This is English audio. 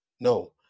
No